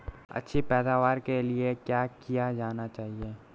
अच्छी पैदावार के लिए क्या किया जाना चाहिए?